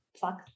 fuck